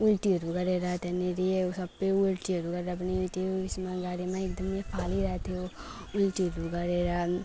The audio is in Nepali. उल्टीहरू गरेर त्यहाँनेरि सबै उल्टीहरू गरेर पनि त्यो उयसमा गाडीमा एकदम फालिरहेको थियो उल्टीहरू गरेर